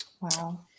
Wow